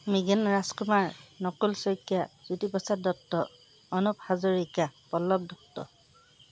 Mrigen Rajkumar Nakul Saikia Jyotiprasad Dutta Anup Hazarika Pallav Dutta